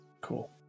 Cool